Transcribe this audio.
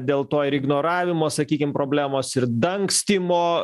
dėl to ir ignoravimo sakykim problemos ir dangstymo